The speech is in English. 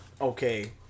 okay